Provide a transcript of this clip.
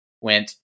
went